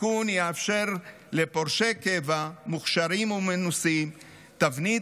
התיקון יאפשר לפורשי קבע מוכשרים ומנוסים תבנית